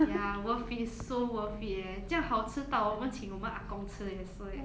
ya worth it so worth it eh 这样好吃到我们请我们阿公吃也是 eh